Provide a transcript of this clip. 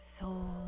soul